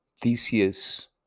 Theseus